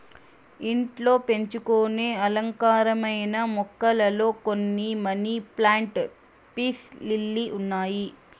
ఇంట్లో పెంచుకొనే అలంకారమైన మొక్కలలో కొన్ని మనీ ప్లాంట్, పీస్ లిల్లీ ఉన్నాయి